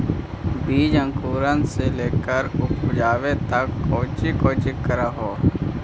बीज अंकुरण से लेकर उपजाबे तक कौची कौची कर हो?